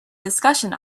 discussion